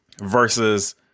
Versus